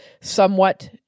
somewhat